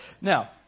Now